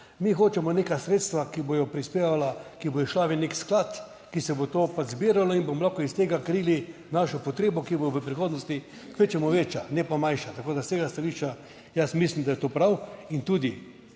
mi hočemo neka sredstva, ki bodo prispevala, ki bodo šla v nek sklad, ki se bo to zbiralo in bomo lahko iz tega krili našo potrebo, ki bo v prihodnosti kvečjemu večja, ne pa manjša, tako da s tega stališča jaz mislim, da je to prav in tudi